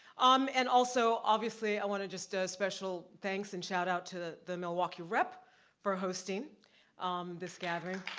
um and also obviously, i wanna just, special thanks and shout out to the the milwaukee rep for hosting this gathering,